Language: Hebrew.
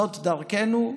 זאת דרכנו.